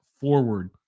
forward